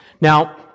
Now